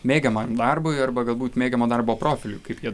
mėgiamam darbui arba galbūt mėgiamo darbo profiliui kaip jie